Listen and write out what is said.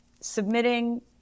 submitting